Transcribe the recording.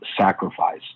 sacrifice